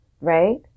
right